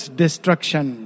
destruction